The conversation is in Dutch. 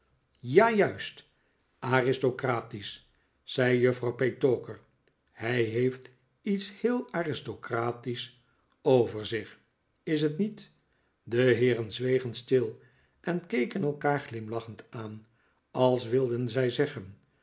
ja juist aristocratisch zei juffrouw petowker hij heeft iets heel aristocratisch over zich is t niet de heeren zwegen stil en keken elkaar glimlachend aan als wilden zij zeggen